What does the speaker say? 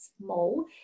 small